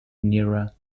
nearer